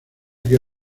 que